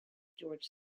george